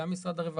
גם משרד הרווחה,